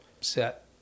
set